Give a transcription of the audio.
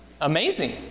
amazing